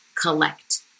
collect